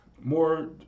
more